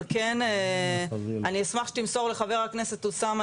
אבל כן אני אשמח שתמסור לחבר הכנסת אוסאמה,